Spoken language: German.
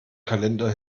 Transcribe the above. kalender